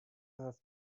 have